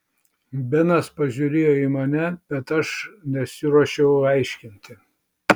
benas pažiūrėjo į mane bet aš nesiruošiau aiškinti